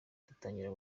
dutangira